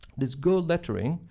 this gold lettering,